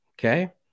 Okay